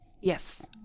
yes